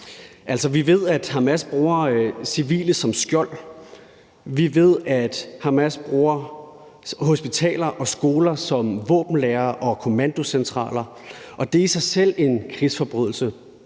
vi ved, at Hamas bruger civile som skjold. Vi ved, at Hamas bruger hospitaler og skoler som våbenlagre og kommandocentraler, og det er i sig selv en krigsforbrydelse.